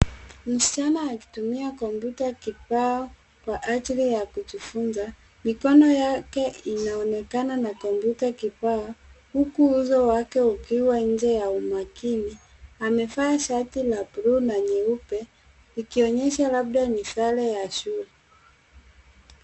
Msichana akitumia kompyuta kibao kwa ajili ya kujifunza. Mikono yake inaonekana na kompyuta kibao, huku uso wake ukiwa nje ya umakini. Amevaa shati la bluu na nyeupe, ikionyesha labda ni sare ya shule.